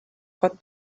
gott